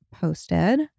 posted